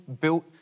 built